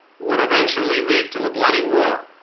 would eventually lead to a bloody war